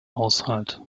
haushalt